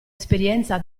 esperienza